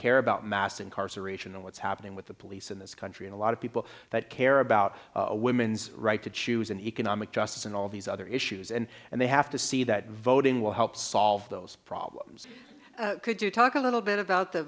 care about mass incarceration and what's happening with the police in this country in a lot of people that care about women's right to choose an economic justice and all these other issues and and they have to see that voting will help solve those problems could you talk a little bit of the